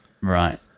Right